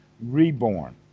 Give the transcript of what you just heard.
reborn